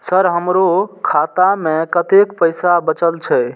Sir हमरो खाता में कतेक पैसा बचल छे?